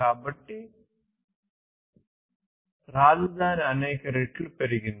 కాబట్టి రాజధాని అనేక రెట్లు పెరిగింది